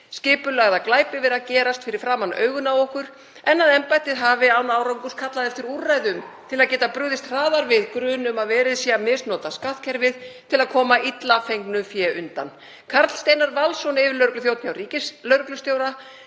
skipulagða glæpi vera að gerast fyrir framan augun á okkur en að embættið hafi án árangurs kallað eftir úrræðum til að geta brugðist hraðar við grun um að verið sé að misnota skattkerfið til að koma illa fengnu fé undan. Karl Steinar Valsson, yfirlögregluþjónn hjá ríkislögreglustjóra,